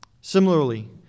Similarly